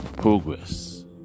progress